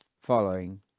following